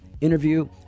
interview